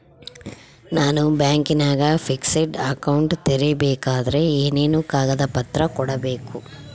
ನಾನು ಬ್ಯಾಂಕಿನಾಗ fixed account ತೆರಿಬೇಕಾದರೆ ಏನೇನು ಕಾಗದ ಪತ್ರ ಕೊಡ್ಬೇಕು?